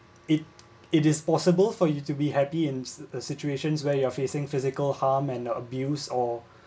it it is possible for you to be happy in a situation where you're facing physical harm and the abused or